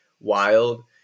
wild